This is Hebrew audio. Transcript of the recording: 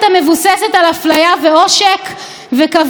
מה לא מנומס בזה?